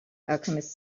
alchemist